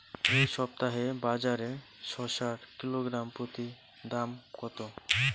এই সপ্তাহে বাজারে শসার কিলোগ্রাম প্রতি দাম কত?